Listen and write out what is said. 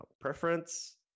Preference